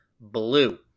BLUE